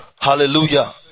Hallelujah